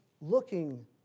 looking